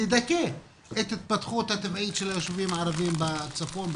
לדכא את ההתפתחות הטבעית של היושבים הערבים בצפון,